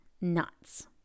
nuts